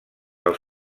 del